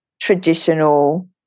traditional